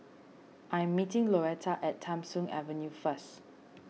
I am meeting Louetta at Tham Soong Avenue first